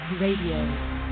RADIO